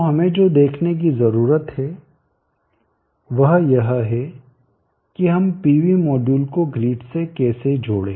तो हमें जो देखने की जरूरत है वह यह है कि हम पीवी मॉड्यूल को ग्रिड से कैसे जोड़ें